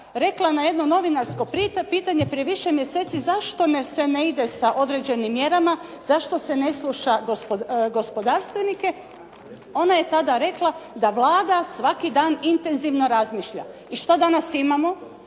rekla na jedno novinarsko pitanje prije više mjeseci zašto se ne ide sa određenim mjerama, zašto se ne sluša gospodarstvenike, ona je tada rekla da Vlada svaki dan intenzivno razmišlja. I šta danas imamo?